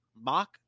mock